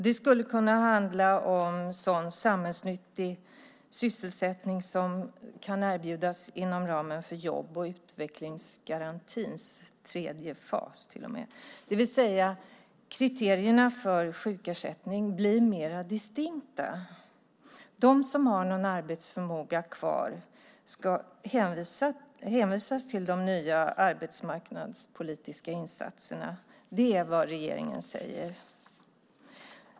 Det skulle kunna handla om sådan samhällsnyttig sysselsättning som kan erbjudas inom ramen för jobb och utvecklingsgarantins tredje fas, det vill säga kriterierna för sjukersättning blir mer distinkta. De som har viss arbetsförmåga kvar ska hänvisas till de nya arbetsmarknadspolitiska insatserna. Det är vad regeringen säger.